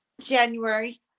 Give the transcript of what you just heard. January